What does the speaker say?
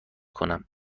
کنم